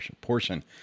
portion